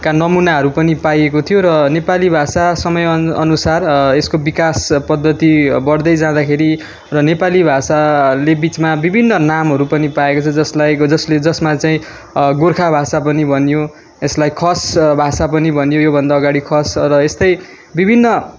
का नमुनाहरू पनि पाइएको थियो र नेपाली भाषा समय अनुसार यसको विकास पद्धति बढ्दै जाँदाखेरि र नेपाली भाषाले बिचमा विभिन्न नामहरू पनि पायो जसलाई जसले जसमा चाहिँ गोर्खा भाषा पनि भनियो यसलाई खस भाषा पनि भनियो यो भन्दा अगाडि खस र यस्तै विभिन्न